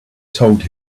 told